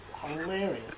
hilarious